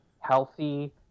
healthy